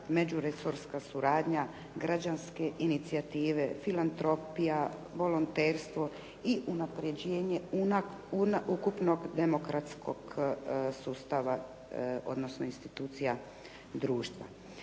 međuresorska suradnja, građanske inicijative, filantropija, volonterstvo i unapređenje ukupnog demokratskog sustava odnosno institucija društva.